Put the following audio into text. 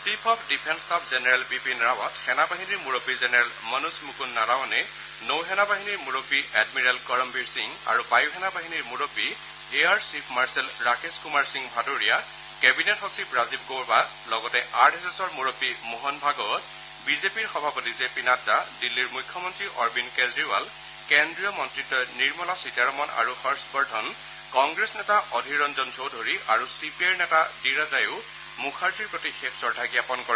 chief of defence staff general Bipin Rawat সেনা বাহিনীৰ মুৰববী জেনেৰল মনোজ মুকন্দ নাৰাৱনে নৌ সেনা বাহিনীৰ মুৰববী এডমিৰেল কৰমবীৰ সিং আৰু বায়ু সেনা বাহিনীৰ মুৰববী air chief marshal Rakesh Kumar Singh Bhadauria cabinet সচিব ৰাজীৱ গৌবাৰ লগতে আৰ এছ এছৰ মুৰববী মোহন ভাগৱত বিজেপিৰ সভাপতি জে পি নাড্ডা দিল্লীৰ মুখ্যমন্ত্ৰী অৰবিন্দ কেজৰিৱাল কেন্দ্ৰীয় মন্ত্ৰীদ্বয় নিৰ্মলা সীতাৰমণ আৰু হৰ্ষ বৰ্ধন কংগ্ৰেছ নেতা অধীৰ ৰঞ্জন চৌধুৰী আৰু চি পি আইৰ নেতা ডি ৰাজায়ো মুখাৰ্জীৰ প্ৰতি শেষ শ্ৰদ্ধা জ্ঞাপন কৰে